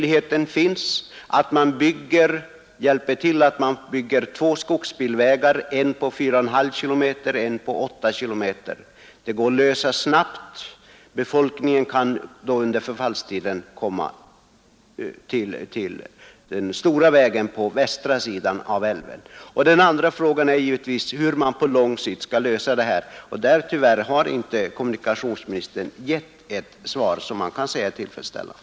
På kort sikt finns möjligheten att man väljer mellan att bygga två alternativa skogsbilvägar, en på 4,5 km eller en på 8 km. Det kan man klara av snabbt. Befolkningen kan då under förfallstiden komma till den stora vägen på västra sidan av älven. Den andra frågan är givetvis hur man på lång sikt skall lösa problemet. Kommunikationsministern har tyvärr inte gett ett svar som kan sägas vara tillfredsställande.